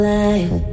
life